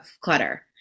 clutter